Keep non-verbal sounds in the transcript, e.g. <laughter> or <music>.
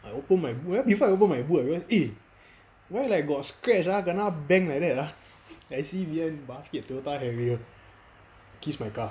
I open my boot eh before I open my boot I realise eh why like got scratch ah kena bang like that ah <laughs> then I see behind basket toyota harrier kiss my car